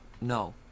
no